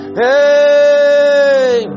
hey